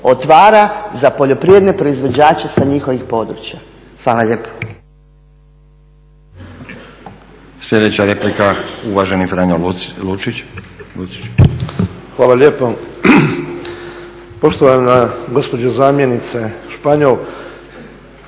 otvara za poljoprivredne proizvođače sa njihovih područja. Hvala lijepo.